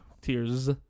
Tears